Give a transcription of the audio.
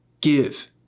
Give